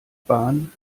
bahn